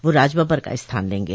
वह राजबब्बर का स्थान लेंगे